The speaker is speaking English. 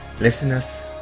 listeners